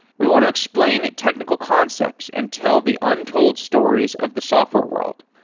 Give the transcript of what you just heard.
we want to explain technical concepts and tell the untold stories of the software world.